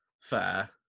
Fair